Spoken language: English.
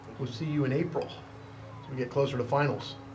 we'll see you in april as we get closer to finals.